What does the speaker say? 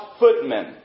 footmen